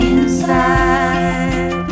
Inside